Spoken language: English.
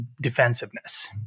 defensiveness